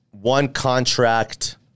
one-contract